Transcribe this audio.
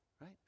right